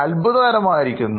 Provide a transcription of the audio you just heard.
അത്ഭുതകരമായിരിക്കുന്നു